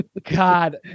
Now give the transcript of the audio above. god